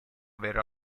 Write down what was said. aver